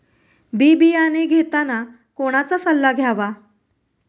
बी बियाणे घेताना कोणाचा सल्ला घ्यावा?